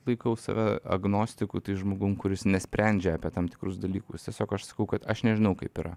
laikau save agnostiku tai žmogum kuris nesprendžia apie tam tikrus dalykus tiesiog aš sakau kad aš nežinau kaip yra